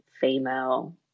female